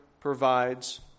provides